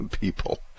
people